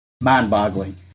mind-boggling